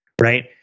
right